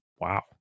Wow